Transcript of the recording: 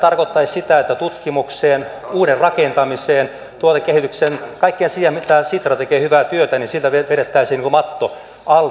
sehän tarkoittaisi sitä että tutkimukselta uuden rakentamiselta tuotekehitykseltä kaikelta siltä mitä sitra tekee hyvää työtä vedettäisiin matto alta